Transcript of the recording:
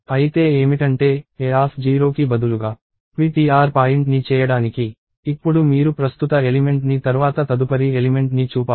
అయితే ఏమిటంటే a0 కి బదులుగా ptr పాయింట్ని చేయడానికి ఇప్పుడు మీరు ప్రస్తుత ఎలిమెంట్ ని తర్వాత తదుపరి ఎలిమెంట్ ని చూపారు